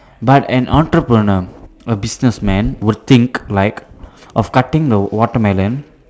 but an entrepreneur a business man would think like of cutting the watermelon